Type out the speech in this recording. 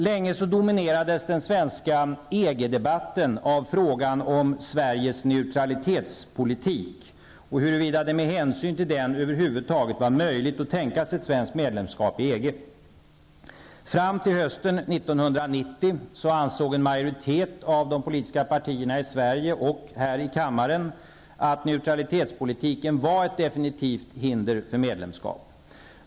Länge dominerades den svenska EG-debatten av frågan om Sveriges neutralitetspolitik och huruvida det med hänsyn till den över huvud taget var möjligt att tänka sig ett svenskt medlemskap i EG. Fram till hösten 1990 ansåg en majoritet av de politiska partierna i Sverige och ledamöterna i denna kammare att neutralitetspolitiken var ett definitivt hinder för medlemskap.